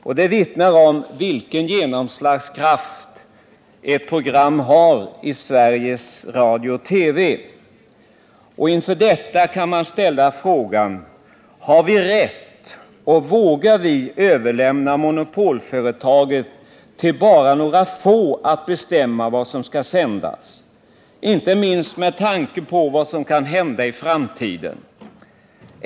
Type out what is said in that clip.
Detta vittnar om vilken genomslagskraft ett program i Sveriges Radio/TV har. Då kan man ställa frågan: Har vi rätt att, och vågar vi, överlämna till några få i monopolföretaget att bestämma vad som skall sändas — inte minst med tanke på vad som kan hända i framtiden?